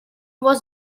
was